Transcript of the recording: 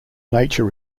nature